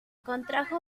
contrajo